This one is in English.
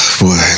Boy